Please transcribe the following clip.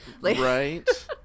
Right